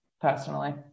personally